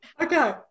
Okay